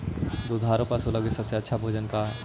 दुधार पशु लगीं सबसे अच्छा भोजन का हई?